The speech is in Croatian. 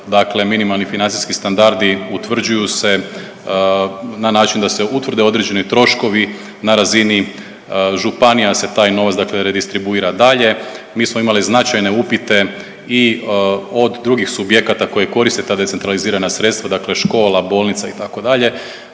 minimalni financijski standardi utvrđuju se na način da se utvrde određeni troškovi, na razini županija se taj novac dakle redistribuira dalje. Mi smo imali značajne upite i od drugih subjekata koji koriste ta decentralizirana sredstva dakle škola, bolnica itd.